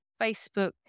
Facebook